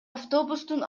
автобустун